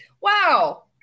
wow